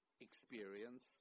experience